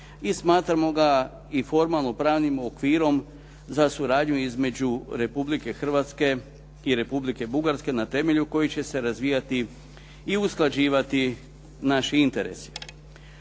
i smatramo ga i formalno pravnim okvirom za suradnju između Republike Hrvatske i Republike Bugarske na temelju kojih će se razvijati i usklađivati naši interesi.